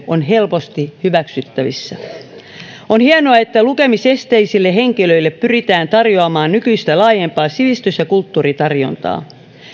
on helposti hyväksyttävissä on hienoa että lukemisesteisille henkilöille pyritään tarjoamaan nykyistä laajempaa sivistys ja kulttuuritarjontaa